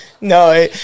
No